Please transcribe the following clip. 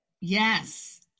Yes